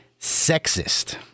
sexist